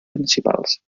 principals